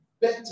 better